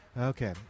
Okay